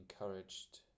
encouraged